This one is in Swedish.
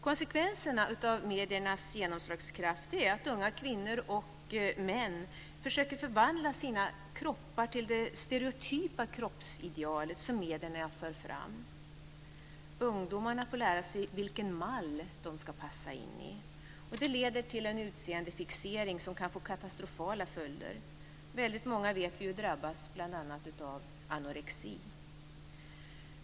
Konsekvenserna av mediernas genomslagskraft är att unga kvinnor och män försöker förvandla sina kroppar till det stereotypa kroppsidealet, som medierna för fram. Ungdomarna får lära sig vilken mall de ska passa in i. Det leder till en utseendefixering som kan få katastrofala följder. Vi vet ju att väldigt många drabbas bl.a. av anorexi.